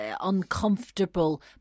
uncomfortable